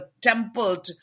temple